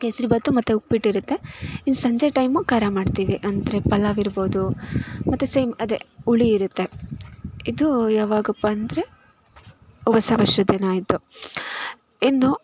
ಕೇಸರಿ ಭಾತು ಮತ್ತು ಉಪ್ಪಿಟ್ಟು ಇರುತ್ತೆ ಇನ್ನು ಸಂಜೆ ಟೈಮು ಖಾರ ಮಾಡ್ತೀವಿ ಅಂದರೆ ಪಲಾವ್ ಇರ್ಬೋದು ಮತ್ತು ಸೇಮ್ ಅದೇ ಹುಳಿ ಇರುತ್ತೆ ಇದು ಯಾವಾಗಪ್ಪ ಅಂದರೆ ಹೊಸ ವರ್ಷದ್ದಿನ ಇದು ಇನ್ನು